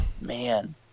man